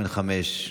בן חמש,